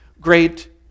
great